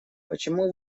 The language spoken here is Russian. почему